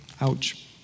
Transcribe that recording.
Ouch